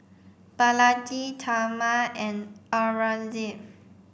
Balaji Tharman and Aurangzeb